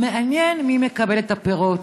מעניין מי מקבל את הפירות,